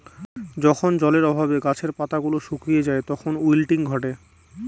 যখন জলের অভাবে গাছের পাতা গুলো শুকিয়ে যায় তখন উইল্টিং ঘটে